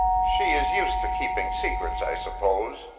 she is used to keeping secrets, i suppose,